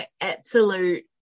absolute